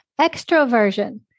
Extroversion